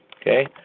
Okay